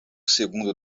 segundo